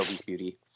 beauty